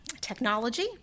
Technology